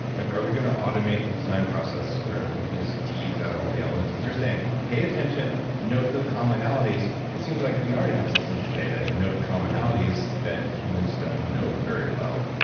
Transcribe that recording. and are we going to automate the design process where we can just tease out all the elements? because you're saying pay attention, note the commonalities. it seems like we already have systems today that note commonalities that humans don't note very well.